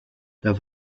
der